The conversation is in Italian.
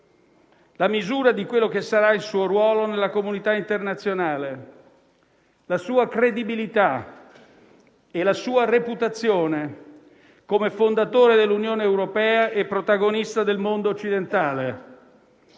la misura di quello che sarà il suo ruolo nella comunità internazionale, la sua credibilità e la sua reputazione come fondatore dell'Unione europea e protagonista del mondo occidentale.